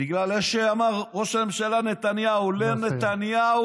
בגלל, כמו שאמר ראש הממשלה נתניהו: לא נתניהו,